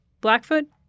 Blackfoot